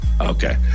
Okay